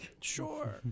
Sure